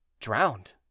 Drowned